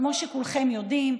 כמו שכולכם יודעים,